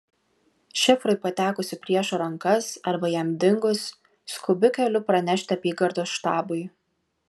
šifrui patekus į priešo rankas arba jam dingus skubiu keliu pranešti apygardos štabui